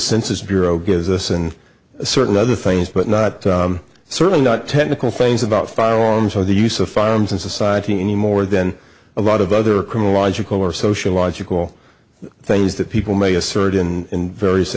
census bureau gives us and certain other things but not certainly not technical things about firearms or the use of firearms in society anymore than a lot of other criminal logical or social logical things that people may assert in various